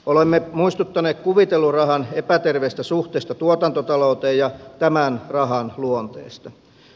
olemme muistuttaneet kuvitellun rahan epäterveestä suhteesta tuotantotalouteen ja tämän rahan luonteesta